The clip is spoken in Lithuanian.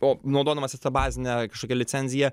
o naudodamasis ta bazine kažkokia licenzija